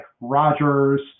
Rogers